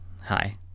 Hi